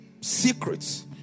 secrets